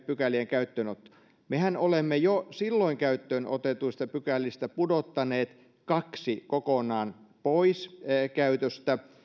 pykälien käyttöönottoon mehän olemme jo kaksi silloin käyttöön otetuista pykälistä pudottaneet kokonaan pois käytöstä